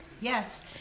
Yes